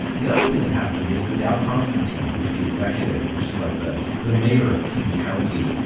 the other thing that happened is the dow constantine, who's the executive, which is like the the mayor of king county,